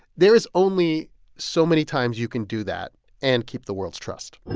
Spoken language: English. there is only so many times you can do that and keep the world's trust